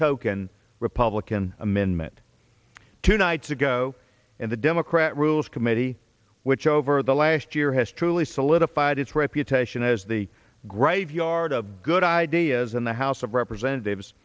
token republican amendment two nights ago in the democrat rules committee which over the last year has truly solidified its reputation as the graveyard of good ideas in the house of representatives